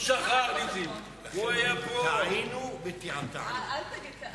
אכן, תעינו ותעתענו.